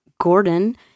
Gordon